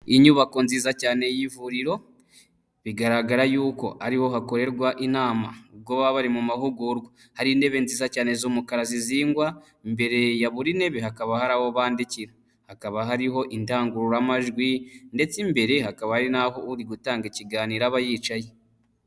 Inyubako nziza cyane y'ivuriro, bigaragara yuko ariho hakorerwa inama ubwo baba bari mu mahugurwa hari intebe nziza cyane z'umukara zizingwa imbere ya buri ntebe hakaba hari aho bandikira, hakaba hariho indangururamajwi ndetse imbere hakaba hari n'aho uri gutanga ikiganiro aba yicaye.